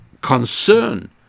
concern